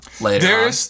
later